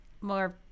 more